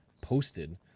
posted